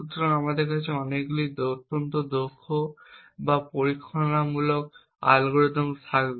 সুতরাং আমাদের কাছে অনেকগুলি অত্যন্ত দক্ষ বা পরীক্ষামূলক অ্যালগরিদম থাকবে